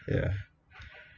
ya